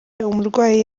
umurwayi